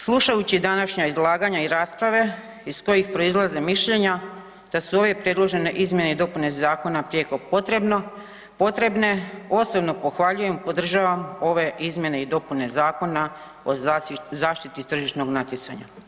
Slušajući današnja izlaganja i rasprave iz kojih proizlaze mišljenja da su ove predložene izmjene i dopune zakona prijeko potrebne, osobno pohvaljujem, podržavam ove izmjene i dopune Zakona o zaštiti tržišnog natjecanja.